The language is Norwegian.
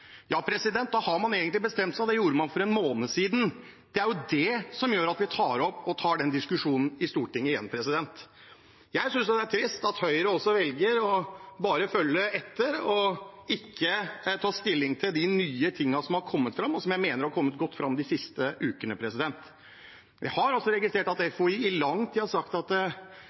Da har man egentlig bestemt seg, og det gjorde man for en måned siden, og det er jo det som gjør at vi tar denne diskusjonen i Stortinget igjen. Jeg synes det er trist at Høyre velger å bare følge etter og ikke ta stilling til de nye tingene som har kommet fram, og som jeg mener har kommet godt fram de siste ukene. Jeg har også registrert at FHI i lang tid har sagt at